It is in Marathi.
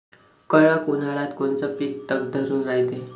कडक उन्हाळ्यात कोनचं पिकं तग धरून रायते?